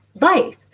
life